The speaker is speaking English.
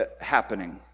happening